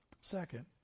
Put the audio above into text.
Second